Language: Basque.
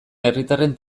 herritarren